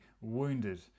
wounded